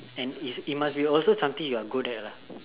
and is is must be also something that you are good at lah